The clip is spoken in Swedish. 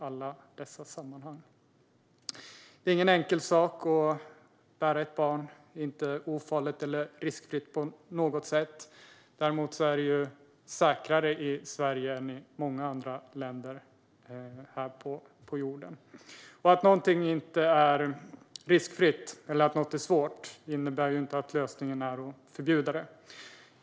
Det är ingen enkel sak att bära ett barn; det är inte ofarligt eller riskfritt på något sätt. Däremot är det säkrare i Sverige än i många andra länder här på jorden. Att någonting inte är riskfritt eller att det är svårt innebär ju inte att lösningen är att förbjuda det.